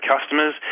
customers